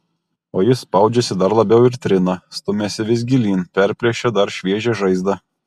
o jis spaudžiasi dar labiau ir trina stumiasi vis gilyn perplėšia dar šviežią žaizdą